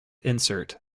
insert